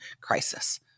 crisis